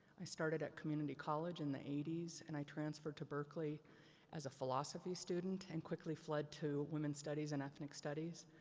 i started at community college in the eighty s, and i transferred to berkley as a philosophy student and quickly fled to women's studies and ethnic studies.